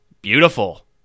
Beautiful